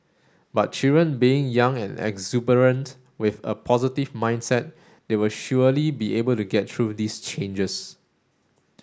but children being young and exuberant with a positive mindset they will surely be able to get through these changes